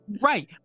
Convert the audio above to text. Right